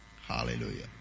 Hallelujah